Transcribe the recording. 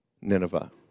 Nineveh